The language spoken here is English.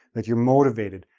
that you're motivated,